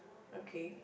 okay